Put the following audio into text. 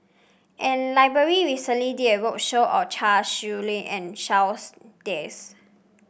an library recently did a roadshow on Chia Shi Lu and Charles Dyce